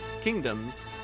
kingdoms